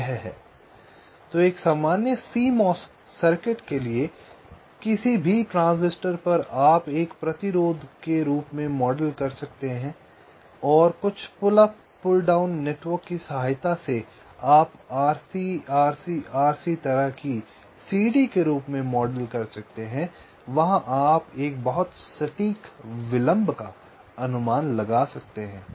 तो एक सामान्य CMOS सर्किट के लिए इसलिए किसी भी ट्रांजिस्टर पर आप एक प्रतिरोध के रूप में मॉडल कर सकते हैं और कुछ पुल्ल अप और पुल्ल डाउन नेटवर्क की सहायता से आप RC RC RC तरह की सीढ़ी के रूप में मॉडल कर सकते हैं और वहां आप एक बहुत सटीक विलंब का अनुमान लगा सकते हैं